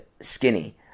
skinny